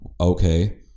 Okay